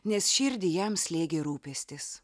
nes širdį jam slėgė rūpestis